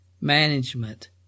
management